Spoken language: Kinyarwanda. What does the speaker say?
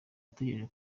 ategereje